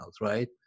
right